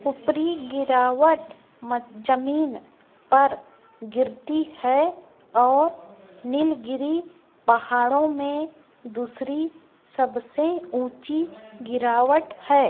ऊपरी गिरावट म जमीन पर गिरती है और नीलगिरि पहाड़ों में दूसरी सबसे ऊँची गिरावट है